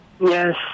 Yes